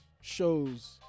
shows